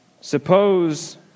Suppose